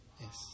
Yes